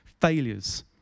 failures